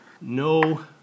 no